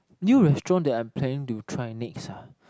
new restaurant that I'm planning to try next ah